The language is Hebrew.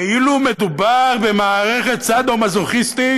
כאילו מדובר במערכת סאדו-מזוכיסטית